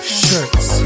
shirts